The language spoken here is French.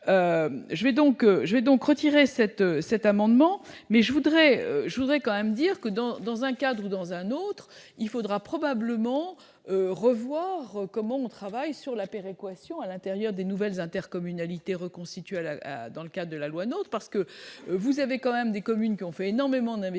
je vais donc retirer cet cet amendement mais je voudrais, je voudrais quand même dire que dans dans un cadre ou dans un autre, il faudra probablement revoir comment on travaille sur la péréquation à l'intérieur des nouvelles intercommunalités reconstitué à la dans le cas de la loi, note parce que vous avez quand même des communes qui ont fait énormément d'investissements